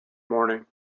morning